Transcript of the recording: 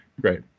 Great